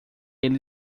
ele